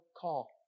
call